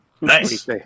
Nice